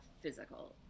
physical